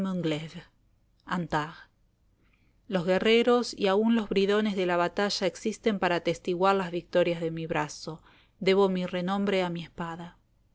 glaive antak los guerreros y aun los bridones de la batalla existen para atestiguar las victorias de mi brazo debo mi renombre a mi espada